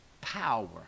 power